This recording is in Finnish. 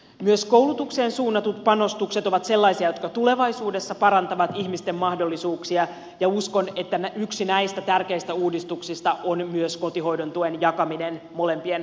myös koulutukseen suunnatut panostukset ovat sellaisia jotka tulevaisuudessa parantavat ihmisten mahdollisuuksia ja uskon että yksi näistä tärkeistä uudistuksista on myös kotihoidon tuen jakaminen molempien vanhempien kesken